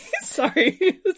Sorry